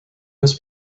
this